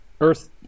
Earth